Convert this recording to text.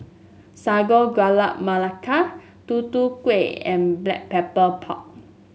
Sago Gula Melaka Tutu Kueh and Black Pepper Pork